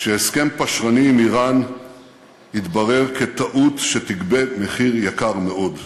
שהסכם פשרני עם איראן יתברר כטעות שתגבה מחיר יקר מאוד.